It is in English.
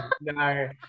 no